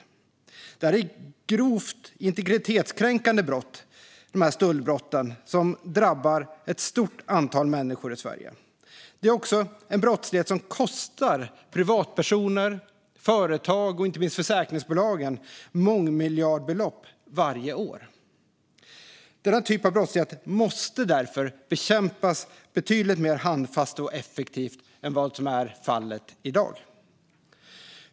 Dessa stöldbrott är grovt integritetskränkande brott som drabbar ett stort antal människor i Sverige. Det är också en brottslighet som kostar privatpersoner, företag och försäkringsbolag mångmiljardbelopp varje år. Denna typ av brottslighet måste därför bekämpas betydligt mer handfast och effektivt än vad som är fallet i dag.